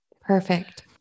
Perfect